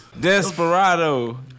Desperado